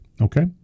okay